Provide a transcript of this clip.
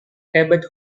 herbert